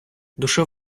душа